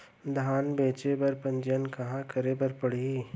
धान बेचे बर पंजीयन कहाँ करे बर पड़ही?